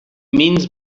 means